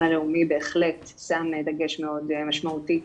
הלאומי בהחלט שם דגש מאוד משמעותי,